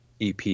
EP